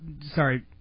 sorry